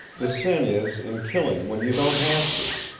the sin is in killing when you don't have to.